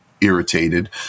irritated